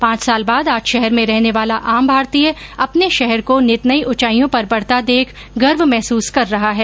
पांच साल बाद आज शहर में रहने वाला आम भारतीय अपने शहर को नित नई ऊंचाईयों पर बढ़ता देख गर्व महसूस कर रहा है